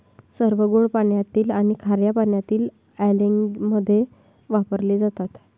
सर्व गोड पाण्यातील आणि खार्या पाण्याच्या अँलिंगमध्ये वापरले जातात